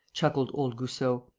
chuckled old goussot.